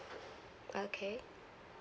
okay